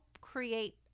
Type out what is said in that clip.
create